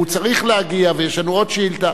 הוא צריך להגיע, ויש לנו עוד שאילתא.